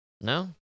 No